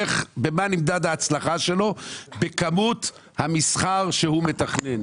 ושואל במה נמדדת ההצלחה בכמות המסחר שהוא מתכנן.